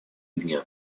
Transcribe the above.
дня